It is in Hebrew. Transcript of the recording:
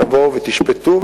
תבואו ותשפטו,